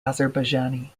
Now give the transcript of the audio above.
azerbaijani